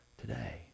today